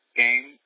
game